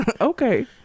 Okay